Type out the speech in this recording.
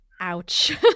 Ouch